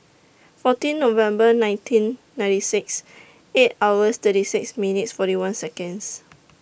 fourteen November nineteen ninety six eight hours thirty six minutes forty one Seconds